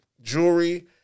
jewelry